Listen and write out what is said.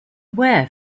wear